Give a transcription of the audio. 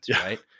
right